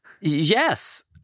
Yes